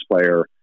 player